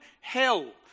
hell